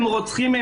הם רוצחים,